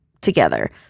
together